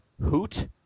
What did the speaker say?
Hoot